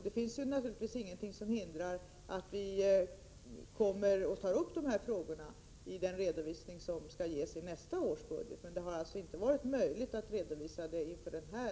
Det finns naturligtvis ingenting som hindrar att vi tar upp de här frågorna i den redovisning som skall ges i nästa års budgetproposition, men det har alltså inte varit möjligt att göra en redovisning i år.